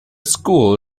school